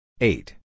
Eight